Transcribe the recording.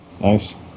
Nice